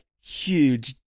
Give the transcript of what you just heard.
huge